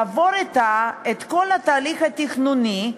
לעבור את כל התהליך התכנוני,